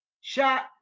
shot